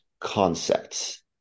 concepts